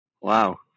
Wow